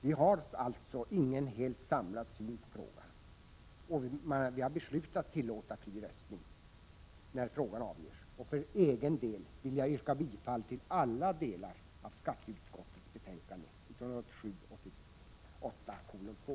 Vi har alltså ingen helt samlad uppfattning i frågan, och vi har beslutat att tillåta fri röstning när den skall avgöras. För egen del vill jag yrka bifall till skatteutskottets hemställan i dess helhet i betänkandet 1987/88:2.